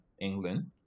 England